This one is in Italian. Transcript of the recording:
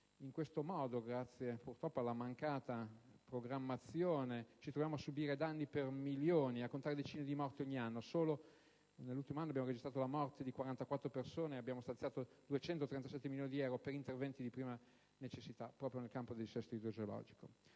la difesa del suolo. Per la mancata programmazione, ci troviamo purtroppo a subire danni per milioni e a contare decine di morti ogni anno. Solo nell'ultimo anno, abbiamo registrato la morte di 44 persone e abbiamo stanziato 237 milioni di euro per interventi di prima necessità proprio nel campo del dissesto idrogeologico.